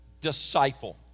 disciple